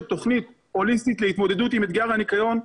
תוכנית הוליסטית להתמודדות עם אתגר הניקיון.